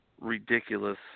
ridiculous